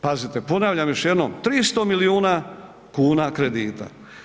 Pazite, ponavljam još jednom 300 milijuna kuna kredita.